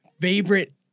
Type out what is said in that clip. favorite –